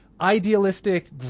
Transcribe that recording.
idealistic